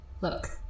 Look